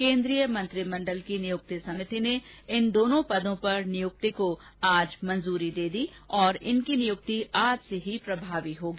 केन्द्रीय मंत्रिमंडल की नियुक्ति समिति ने इन दोनों पदों पर नियुक्ति को आज मंजूरी दे दी और इनकी नियुक्ति आज से ही प्रभावी होगी